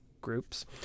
groups